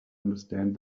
understand